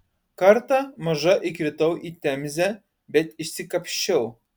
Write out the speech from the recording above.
kartą maža įkritau į temzę bet išsikapsčiau